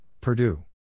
Purdue